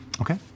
Okay